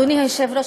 אדוני היושב-ראש,